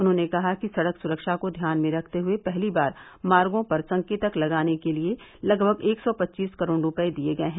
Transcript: उन्होंने कहा कि सड़क सुरक्षा को ध्यान में रखते हए पहली बार मार्गो पर संकेतक लगाने के लिये लगभग एक सौ पच्चीस करोड़ रूपये दिये गये हैं